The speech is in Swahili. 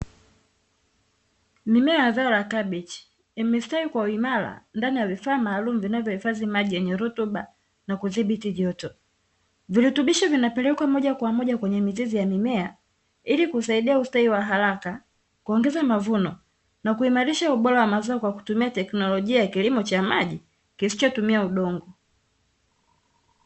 Mimea ya zao la kabichi imestawi kwa uimara ndani ya vifaa vinavyohifadhi maji yenye rutuba kwa kudhibiti joto. Virutubisho vinapelekwa moja kwa moja kwenye mizuri ya mimea ili kusaidia ustawi wa haraka kuongeza mavuno na kuimarisha ubora wa mazao kwa kutumia teknolojia ya kilimo cha maji kisichotumia udongo.